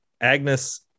Agnes